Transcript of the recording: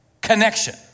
connection